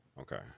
Okay